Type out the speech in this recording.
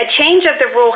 a change of the ru